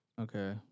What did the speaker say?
Okay